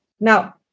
Now